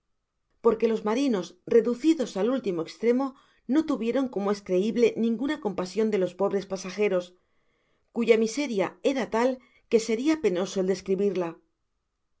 peque los marinos reducidos al último estremo no tu vicon como es creible ninguna compasion de los pobres pasajeros cuya miseria era tal que seria penoso el des